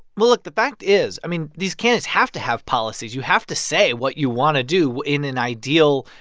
look the fact is, i mean, these candidates have to have policies you have to say what you want to do in an ideal,